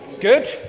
Good